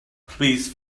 please